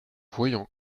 voyant